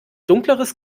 dunkleres